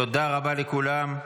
תודה רבה לכולם.